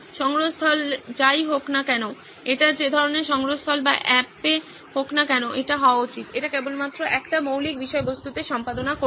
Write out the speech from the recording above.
সংগ্রহস্থল যাই হোক না কেন এটি যে ধরনের সংগ্রহস্থল বা অ্যাপে হোক না কেন এটি হওয়া উচিত এটি কেবলমাত্র একটি মৌলিক বিষয়বস্তুতে সম্পাদনা করবে